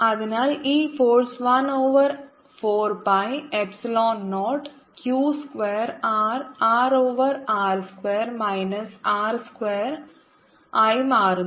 അതിനാൽ ഈ force 1 over 4 pi epsilon 0 q square R r over r square minus R square സ്ക്വയറായി മാറുന്നു